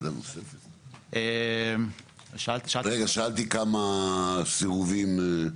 שאלתי כמה סירובים.